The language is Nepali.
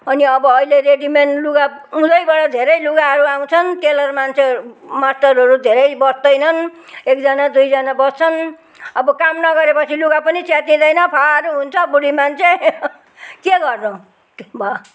अनि अब अहिले रेडिमेट लुगा उँधैबाट धेरै लुगाहरू आउँछन् टेलर मान्छे मास्टरहरू धेरै बस्दैनन् एकजना दुईजना बस्छन् अब काम नगरेपछि लुगा पनि च्यातिँदैन फारो हुन्छ बुढी मान्छे के गर्नु भयो